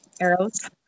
arrows